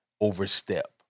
overstep